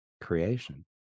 creation